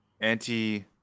Anti